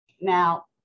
now